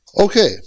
Okay